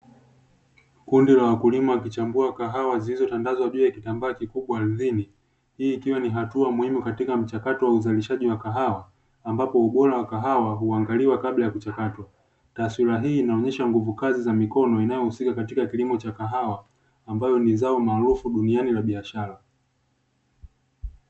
Kundi la wakulima wakichambua kahawa zilizotandazwa juu ya kitambaa kikubwa ardhini, hii ikiwa ni hatua muhimu katika mchakato wa uzalishaji wa kahawa ambapo ubora wa kahawa huangaliwa kabla ya kuchakatwa. Taswira hii inaonyesha nguvu kazi za mikono inayohusika katika kilimo cha kahawa ambalo ni zao maarufu duniani la biashara.